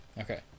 okay